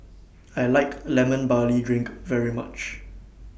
I like Lemon Barley Drink very much